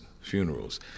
funerals